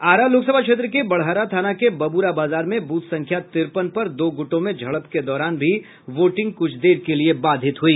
आरा लोकसभा क्षेत्र के बड़हरा थाना के बबुरा बाजार में बूथ संख्या तिरपन पर दो गूटों में झड़प के दौरान भी वोटिंग कुछ देर के लिए बाधित हुई